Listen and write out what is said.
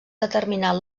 determinar